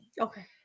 Okay